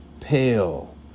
pale